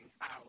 out